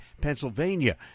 Pennsylvania